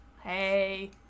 Hey